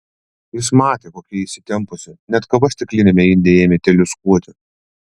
jis matė kokia ji įsitempusi net kava stikliniame inde ėmė teliūskuoti